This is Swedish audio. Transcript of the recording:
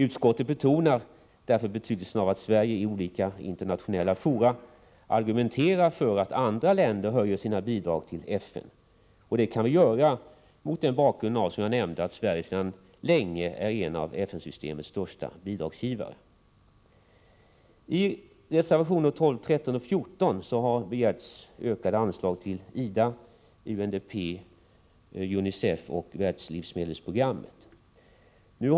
Utskottet betonar också betydelsen av att Sverige i olika internationella fora argumenterar för att andra länder höjer sina bidrag till FN. Vi kan göra det mot bakgrund av att, som jag nämnde, Sverige sedan länge är en av FN-systemets största bidragsgivare. I reservationerna 12, 13 och 14 har begärts ökade anslag till IDA, UNDP, UNICEF och Världslivsmedelsprogrammet.